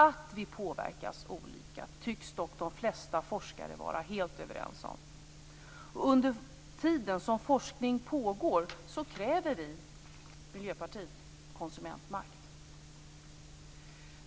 Att vi påverkas olika tycks dock de flesta forskare vara helt överens om. Under tiden som forskning pågår kräver Miljöpartiet konsumentmakt.